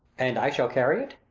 and i shall carry it?